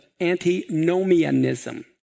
antinomianism